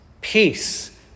Peace